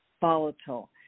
volatile